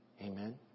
Amen